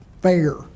fair